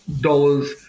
dollars